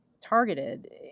targeted